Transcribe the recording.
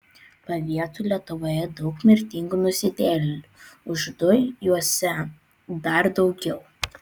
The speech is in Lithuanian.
pavietų lietuvoje daug mirtingų nusidėjėlių iždui juose dar daugiau